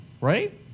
Right